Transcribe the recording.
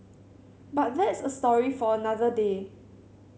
but that's a story for another day